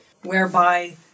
whereby